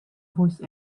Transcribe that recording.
voice